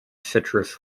citrus